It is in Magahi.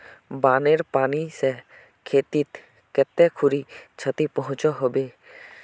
बानेर पानी से खेतीत कते खुरी क्षति पहुँचो होबे?